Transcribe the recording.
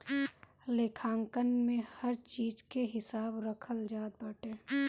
लेखांकन में हर चीज के हिसाब रखल जात बाटे